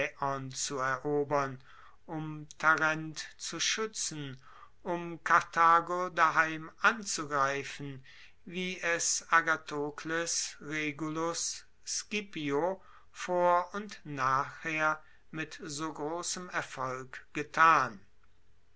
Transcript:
zu erobern um tarent zu schuetzen um karthago daheim anzugreifen wie es agathokles regulus scipio vor und nachher mit so grossem erfolg getan